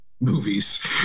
movies